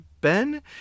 Ben